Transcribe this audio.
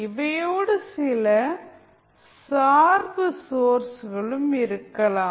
இவையோடு சில சார்பு சோர்ஸ்களும் இருக்கலாம்